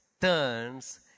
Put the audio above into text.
turns